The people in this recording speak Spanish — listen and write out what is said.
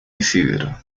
isidro